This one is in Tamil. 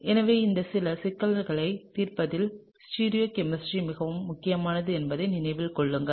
எனவே இந்த சில சிக்கல்களைத் தீர்ப்பதில் ஸ்டீரியோ கெமிஸ்ட்ரி மிகவும் முக்கியமானது என்பதை நினைவில் கொள்ளுங்கள்